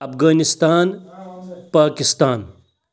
Afghanistan Pakistan